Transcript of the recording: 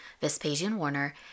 Vespasian-Warner